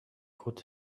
could